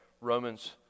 Romans